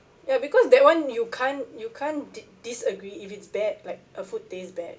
ya because that one you can't you can't di~ disagree if it's bad like a food taste bad